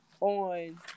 on